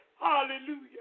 Hallelujah